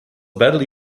badly